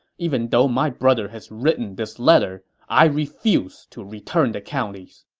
even though my brother has written this letter, i refuse to return the counties.